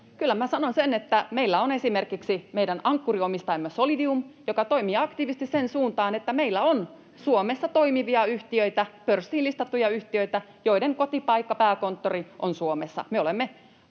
kyllä minä sanon sen, että meillä on esimerkiksi meidän ankkuriomistajamme Solidium, joka toimii aktiivisesti siihen suuntaan, että meillä on Suomessa toimivia yhtiöitä, pörssiin listattuja yhtiöitä, joiden kotipaikka, pääkonttori on Suomessa. Me olemme